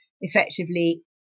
effectively